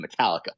Metallica